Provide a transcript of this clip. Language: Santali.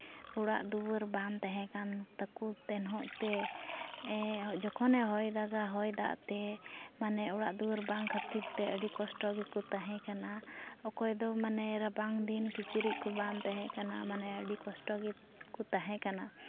ᱚᱲᱟᱜ ᱫᱩᱣᱟᱹᱨ ᱵᱟᱝ ᱛᱟᱦᱮᱸᱠᱟᱱ ᱛᱟᱠᱚ ᱛᱮᱦᱚᱸᱜ ᱛᱮ ᱡᱚᱠᱷᱚᱱᱮ ᱦᱚᱭ ᱫᱟᱜᱟ ᱦᱚᱭ ᱫᱟᱜ ᱛᱮ ᱢᱟᱱᱮ ᱚᱲᱟᱜ ᱫᱩᱣᱟᱹᱨ ᱵᱟᱝ ᱠᱷᱟᱹᱛᱤᱨ ᱛᱮ ᱟᱹᱰᱤ ᱠᱚᱥᱴᱚ ᱜᱮᱠᱚ ᱛᱟᱦᱮᱸᱠᱟᱱᱟ ᱚᱠᱚᱭ ᱫᱚ ᱢᱟᱱᱮ ᱨᱟᱵᱟᱝ ᱫᱤᱱ ᱠᱤᱪᱨᱤᱡ ᱠᱚ ᱵᱟᱝ ᱛᱟᱦᱮᱸᱠᱟᱱᱟ ᱢᱟᱱᱮ ᱟᱹᱰᱤ ᱠᱚᱥᱴᱚ ᱜᱮ ᱠᱚ ᱛᱟᱦᱮᱸᱠᱟᱱᱟ